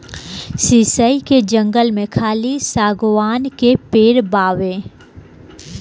शीशइ के जंगल में खाली शागवान के पेड़ बावे